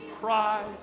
cry